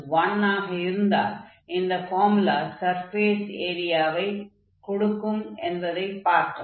g1 ஆக இருந்தால் இந்த ஃபார்முலா சர்ஃபேஸ் ஏரியாவைக் கொடுக்கும் என்பதைப் பார்த்தோம்